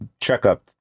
checkup